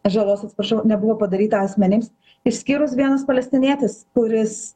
žalos atsiprašau nebuvo padaryta asmenims išskyrus vienas palestinietis kuris